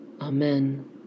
Amen